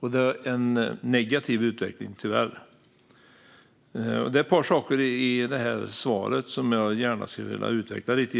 Det är tyvärr en negativ utveckling. Det är ett par saker i ministerns svar som jag gärna skulle vilja utveckla lite.